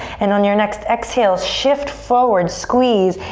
and on your next exhale shift forward, squeeze,